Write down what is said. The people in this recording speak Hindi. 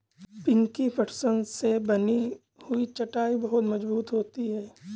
पिंकी पटसन से बनी हुई चटाई बहुत मजबूत होती है